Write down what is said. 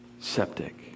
septic